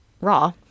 raw